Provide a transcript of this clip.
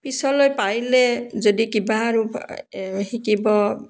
পিছলৈ পাৰিলে যদি কিবা আৰু শিকিব